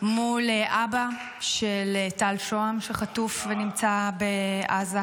מול אבא של טל שוהם, שחטוף ונמצא בעזה,